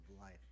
life